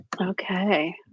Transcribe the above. Okay